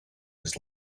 his